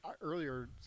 earlier